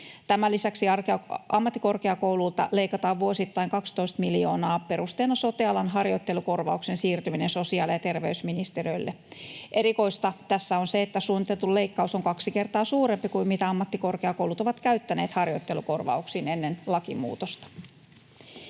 Tämän lisäksi ammattikorkeakouluilta leikataan vuosittain 12 miljoonaa perusteena sote-alan harjoittelukorvauksen siirtyminen sosiaali- ja terveysministeriölle. Erikoista tässä on se, että suunniteltu leikkaus on kaksi kertaa suurempi kuin mitä ammattikorkeakoulut ovat käyttäneet harjoittelukorvauksiin ennen lakimuutosta.